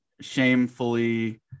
shamefully